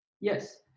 Yes